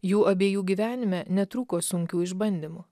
jų abiejų gyvenime netrūko sunkių išbandymų